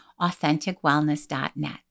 AuthenticWellness.net